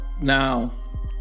Now